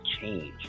change